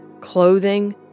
clothing